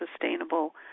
sustainable